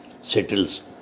settles